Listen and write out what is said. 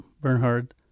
Bernhard